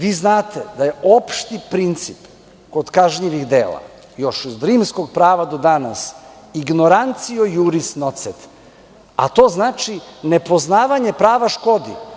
Vi znate da je opšti princip kod kažnjivih dela, još iz rimskog prava do danas, ignorantio iuris nocet, a to znači – nepoznavanje prava škodi.